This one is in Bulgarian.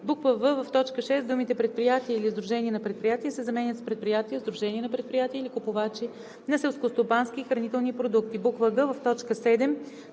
в) в т. 6 думите „предприятия или сдружения на предприятия“ се заменят с „предприятия, сдружения на предприятия или купувачи на селскостопански и хранителни продукти“; г) в т. 7